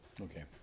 okay